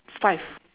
five